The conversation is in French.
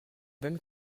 même